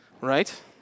Right